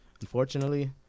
unfortunately